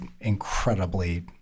incredibly